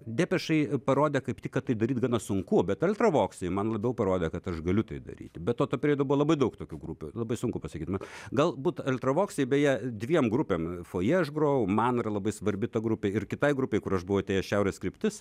depešai parodė kaip tik kad tai daryt gana sunku bet eltravoksai man labiau parodė kad aš galiu tai daryti be to tuo periodu buvo labai daug tokių grupių labai sunku pasakyt na galbūt eltravoksai beje dviem grupėm fojė aš groju man yra labai svarbi ta grupė ir kitai grupei kur aš buvau atėjęs šiaurės kryptis